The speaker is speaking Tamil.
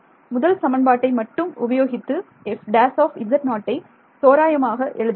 முதல் சமன்பாட்டை மட்டும் உபயோகித்து f′ஐ தோராயமாக எழுதுகிறேன்